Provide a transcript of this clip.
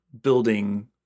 building